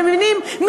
אתם מבינים,